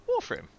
Warframe